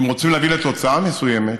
אם רוצים להגיע לתוצאה מסוימת,